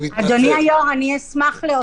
אדוני היושב-ראש, אני אשמח להוסיף משהו.